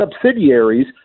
subsidiaries